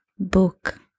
book